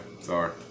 sorry